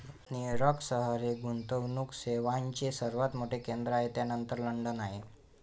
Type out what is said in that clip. New York शहर हे गुंतवणूक सेवांचे सर्वात मोठे केंद्र आहे त्यानंतर लंडन आहे